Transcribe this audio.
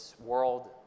world